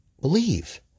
believe